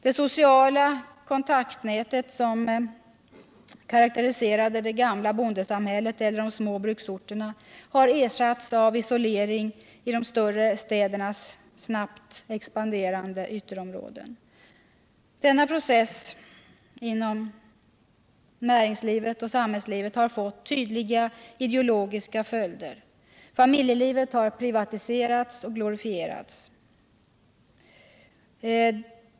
Det sociala kontaktnät som karakteriserade det gamla bondesamhället och de små bruksorterna har ersatts av isolering i de större städernas snabbt expanderande ytterområden. Denna process inom näringsoch samhällsliv har fått tydliga ideologiska följder. Familjelivet har privatiserats och glorifierats.